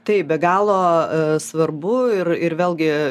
tai be galo svarbu ir ir vėlgi